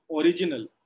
original